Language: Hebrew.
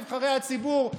נבחרי הציבור,